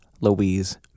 Louise